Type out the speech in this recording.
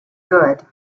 good